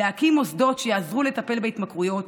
להקים מוסדות שיעזרו לטפל בהתמכרויות,